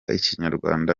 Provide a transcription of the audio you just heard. ikinyarwanda